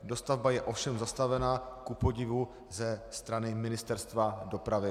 Dostavba je ovšem zastavena kupodivu ze strany Ministerstva dopravy.